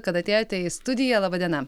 kad atėjote į studiją laba diena